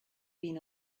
been